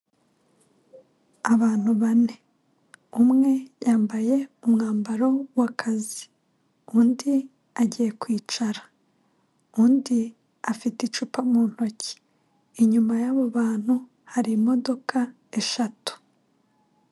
Abantu bane umwe yambaye umwambaro w'akazi undi agiye kwicara undi afite icupa mu ntoki inyuma y'abo bantu hari imodoka eshatu.